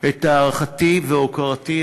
את הערכתי והוקרתי.